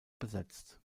besetzt